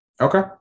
okay